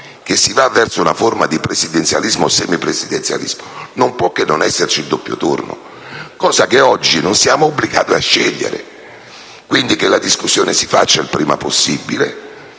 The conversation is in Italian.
che si va verso una forma di presidenzialismo o semipresidenzialismo, non può che esserci il doppio turno, cosa che oggi non siamo obbligati a scegliere. Quindi, è necessario che la discussione si faccia il prima possibile.